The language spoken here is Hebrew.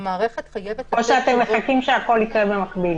או שאתם מחכים שהכול יקרה במקביל?